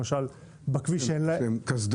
למשל בכביש אין להם --- קסדות